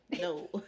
no